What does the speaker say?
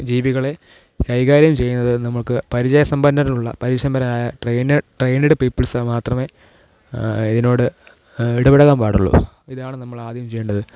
ജീവികളെ കൈകാര്യം ചെയ്യുന്നത് നമ്മള്ക്ക് പരിചയ സമ്പന്നരിലുള്ള പരിചയസമ്പന്നരായ ട്രെയിനെഡ് ട്രെയിനിഡ് പീപ്പിള്സ് മാത്രമേ ഇതിനോട് ഇടപഴകാൻ പാടുള്ളൂ ഇതാണ് നമ്മൾ ആദ്യം ചെയ്യേണ്ടത്